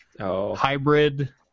hybrid